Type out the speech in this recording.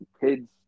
kids